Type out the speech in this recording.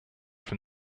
from